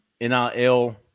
NIL